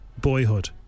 Boyhood